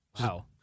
Wow